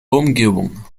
umgebung